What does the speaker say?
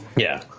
yeah.